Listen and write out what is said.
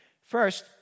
First